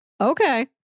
Okay